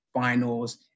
finals